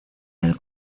del